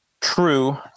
true